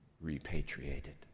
repatriated